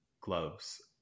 gloves